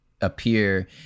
appear